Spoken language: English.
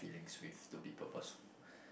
feelings with to be purposeful